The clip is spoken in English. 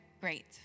Great